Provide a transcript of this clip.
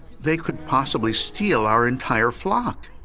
they could possibly steal our entire flock.